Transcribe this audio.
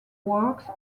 works